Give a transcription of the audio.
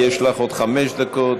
יש לך עוד חמש דקות,